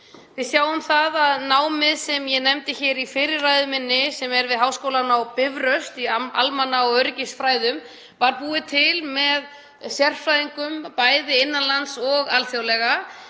Við sjáum það að námið sem ég nefndi hér í fyrri ræðu minni sem er við Háskólann á Bifröst, í almanna- og öryggisfræðum, var búið til með sérfræðingum bæði innan lands og alþjóðlega.